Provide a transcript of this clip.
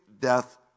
death